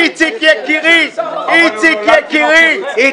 איציק יקירי --- אבל הוא נולד תינוק יפה.